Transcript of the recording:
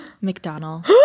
McDonald